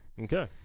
Okay